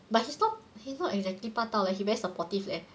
but he's not he's not exactly 霸道 leh he very supportive leh